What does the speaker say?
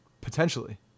Potentially